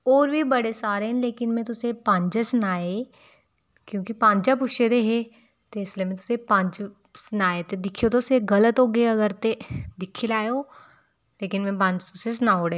होर बी बडे सारे न लेकिन मैं तुसें पंज सनाए क्योंकि पंज गै पुच्छे दे हे ते इसलेई मैं तुसेंगी पंज सनाए ते दिक्खेओ तुस एह् गलत होगे अगर ते दिक्खी लैएयो लेकिन में पंज तुसें सनाई ओड़े